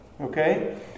Okay